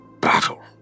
battle